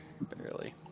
Barely